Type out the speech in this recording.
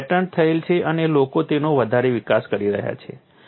તે પેટન્ટ થયેલ છે અને લોકો તેનો વધારે વિકાસ કરી રહ્યા છે